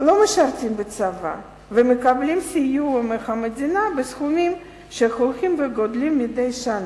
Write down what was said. לא משרתים בצבא ומקבלים סיוע מהמדינה בסכומים שהולכים וגדלים מדי שנה.